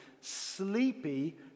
sleepy